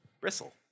Bristle